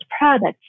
products